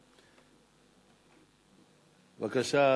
בבקשה.